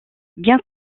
bien